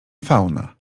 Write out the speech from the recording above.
fauna